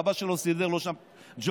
אבא שלו סידר לו שם ג'וב,